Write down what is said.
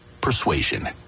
persuasion